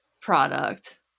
product